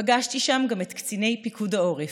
פגשתי שם גם את קציני פיקוד העורף,